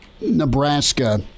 Nebraska